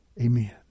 Amen